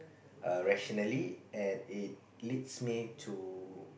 err rationally and it leads me to